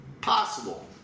possible